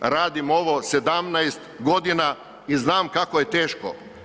Radim ovo 17 godina i znam kako je teško.